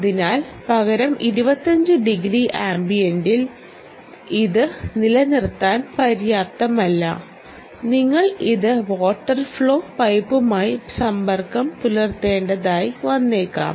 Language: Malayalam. അതിനാൽ പകരം 25 ഡിഗ്രി ആംബിയന്റിൽ ഇത് നിലനിർത്താൻ പര്യാപ്തമല്ല നിങ്ങൾ ഇത് വാട്ടർ ഫ്ലോ പൈപ്പുമായി സമ്പർക്കം പുലർത്തേണ്ടതായി വന്നേക്കാം